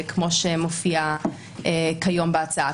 כמו שמופיע כיום בהצעה,